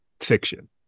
fiction